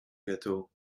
gâteaux